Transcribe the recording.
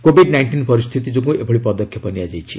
Covid nineteen ପରିସ୍ଥିତି ଯୋଗୁଁ ଏଭଳି ପଦକ୍ଷେପ ନିଆଯାଇଛି